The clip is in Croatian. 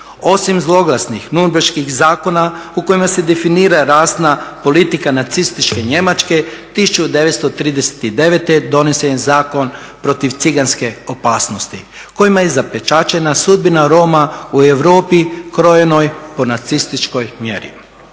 Osim zloglasnih nurmbeških zakona u kojima se definira rasna politika nacističke Njemačke 1939. donesen je zakon protiv ciganske opasnosti kojima je zapečaćena sudbina Roma u Europi krojenoj po nacističkoj mjeri.